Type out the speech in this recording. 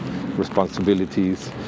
responsibilities